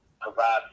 provide